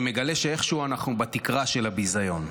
אני מגלה שאיכשהו אנחנו בתקרה של הביזיון.